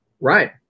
Right